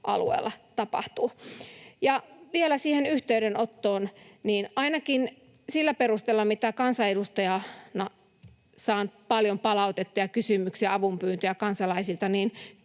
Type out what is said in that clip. tapahtuu. Vielä siihen yhteydenottoon. Ainakin sillä perusteella, että kansanedustajana saan paljon palautetta ja kysymyksiä, avunpyyntöjä kansalaisilta, se